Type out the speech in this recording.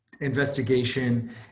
investigation